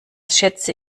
schätze